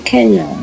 Kenya